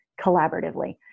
collaboratively